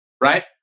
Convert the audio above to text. Right